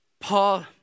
Paul